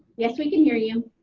yes we can hear you.